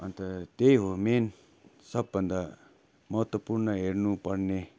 अन्त त्यही हो मेन सबभन्दा महत्त्वपूर्ण हेर्नु पर्ने